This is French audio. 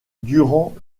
durant